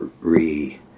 re-